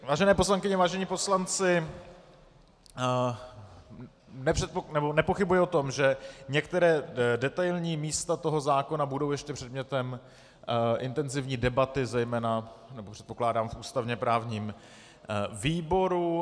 Vážené poslankyně, vážení poslanci, nepochybuji o tom, že některé detailní místa toho zákona budou ještě předmětem intenzivní debaty, zejména, nebo předpokládám, v ústavněprávním výboru.